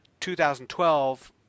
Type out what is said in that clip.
2012